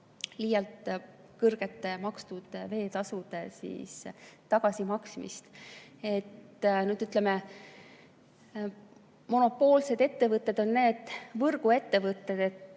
liialt kõrgete makstud veetasude tagasimaksmist. Ütleme nii, et monopoolsed ettevõtted on need võrguettevõtted,